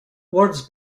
words